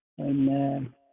Amen